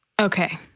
Okay